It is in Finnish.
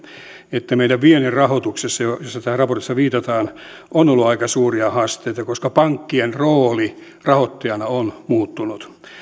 että meidän viennin rahoituksessa johon tässä raportissa viitataan on ollut aika suuria haasteita koska pankkien rooli rahoittajana on muuttunut